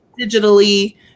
digitally